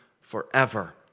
forever